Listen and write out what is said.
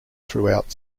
throughout